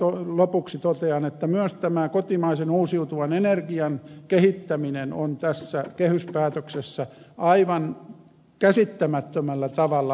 vielä lopuksi totean että myös kotimaisen uusiutuvan energian kehittäminen on tässä kehyspäätöksessä aivan käsittämättömällä tavalla unohdettu